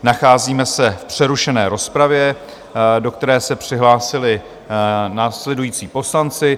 Nacházíme se v přerušené rozpravě, do které se přihlásili následující poslanci.